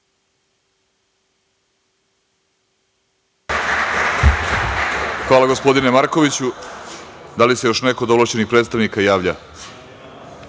Hvala, gospodine Markoviću. Da li se još neko od ovlašćenih predstavnika javlja